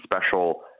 special